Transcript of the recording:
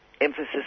emphasis